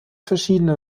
verschiedene